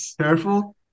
Careful